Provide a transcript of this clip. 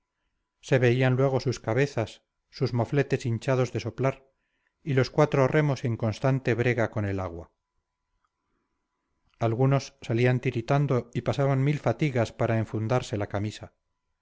se veían luego sus cabezas sus mofletes hinchados de soplar y los cuatro remos en constante brega con el agua algunos salían tiritando y pasaban mil fatigas para enfundarse la camisa